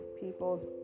people's